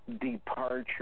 departure